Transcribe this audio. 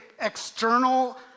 external